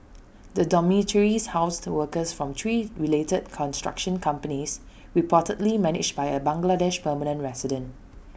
the dormitories housed workers from three related construction companies reportedly managed by A Bangladeshi permanent resident